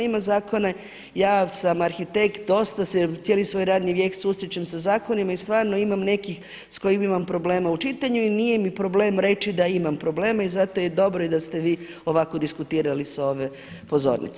Ima zakona, ja sam arhitekt cijeli svoj radni vijek susrećem sa zakonima i stvarno imam nekih s kojima imam problema u čitanju i nije mi problem reći da imam problema i zato je dobro da ste vi ovako diskutirali s ove pozornice.